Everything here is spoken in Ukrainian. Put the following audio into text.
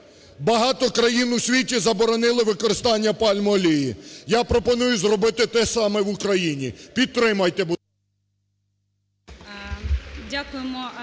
Багато країн у світі заборонили використання пальмової олії, я пропоную зробити те саме в Україні, підтримайте,